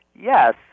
yes